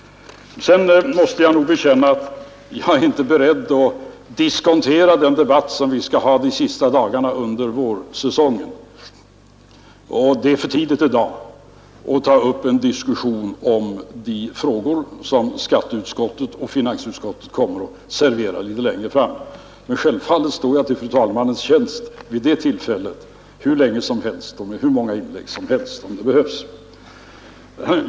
Sedan måste jag nog säga att jag inte är beredd att diskontera den debatt vi skall föra under de sista dagarna av vårsessionen. Det är i dag för tidigt att ta upp en diskussion om de frågor som skatteoch finansutskotten kommer att servera litet längre fram. Men självfallet står jag till fru talmannens tjänst vid detta tillfälle hur länge som helst med hur många inlägg som helst, om så behövs.